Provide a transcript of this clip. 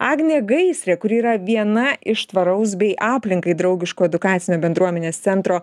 agnę gaisrę kuri yra viena iš tvaraus bei aplinkai draugiško edukacinio bendruomenės centro